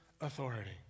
authority